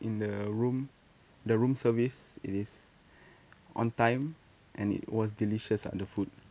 in the room the room service it is on time and it was delicious ah the food